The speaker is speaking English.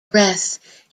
breath